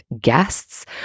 guests